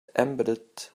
embedded